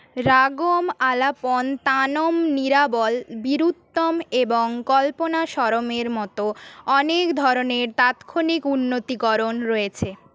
রাগম আলাপন তানম নিরাবল বীরুত্তম এবং কল্পনাস্বরমের মতো অনেক ধরনের তাৎক্ষণিক উন্নতিকরণ রয়েছে